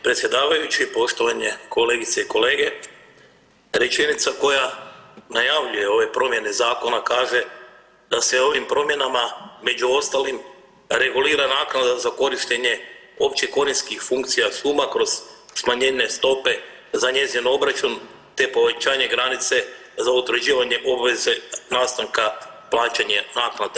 Poštovani predsjedavajući, poštovane kolegice i kolege rečenica koja najavljuje ove promjene zakona kaže da se ovim promjenama među ostalim regulira naknada za korištenje općekorisnih funkcija šuma kroz smanjenje stope za njezin obračun te povećanje granice za utvrđivanje obveze nastanka plaćanja naknade.